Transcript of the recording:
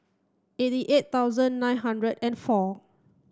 eighty eight thousand nine hundred and four